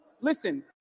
listen